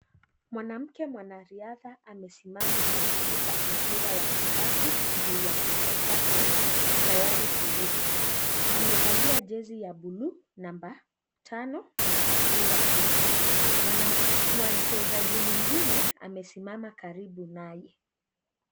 Mwanamke mwanariadha amesimama akishika mpira wa kikapu juu ya kichwa chake tayari kurusha, amevalia jesi ya buluu namba tano na kaptura fupi, mchezaji mwingine amesimama karibu naye.